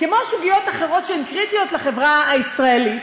כמו סוגיות אחרות שהן קריטיות לחברה הישראלית,